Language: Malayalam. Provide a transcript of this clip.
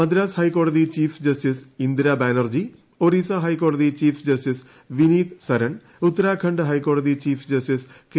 മദ്രാസ് ഹൈക്കോടതി ചീഫ് ജസ്റ്റീസ് ഇന്ദിര ബാനർജി ഒറീസ ഹൈക്കോടതി ചീഫ് ജസ്റ്റീസ് വിനീത് സരൺ ഉത്തരാഖണ്ഡ് ഹൈക്കോടതി ചീഫ് ജസ്റ്റീസ് കെ